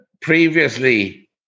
previously